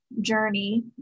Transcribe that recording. journey